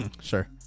Sure